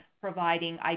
providing